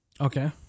Okay